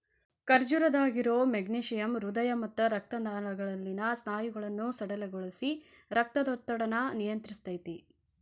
ಖರ್ಜೂರದಾಗಿರೋ magnesium ಹೃದಯ ಮತ್ತ ರಕ್ತನಾಳಗಳಲ್ಲಿನ ಸ್ನಾಯುಗಳನ್ನ ಸಡಿಲಗೊಳಿಸಿ, ರಕ್ತದೊತ್ತಡನ ನಿಯಂತ್ರಸ್ತೆತಿ